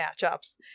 matchups